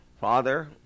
Father